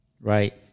Right